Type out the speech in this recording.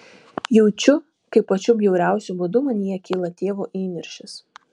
jaučiu kaip pačiu bjauriausiu būdu manyje kyla tėvo įniršis